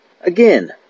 Again